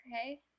Okay